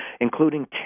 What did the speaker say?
including